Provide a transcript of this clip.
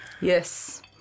Yes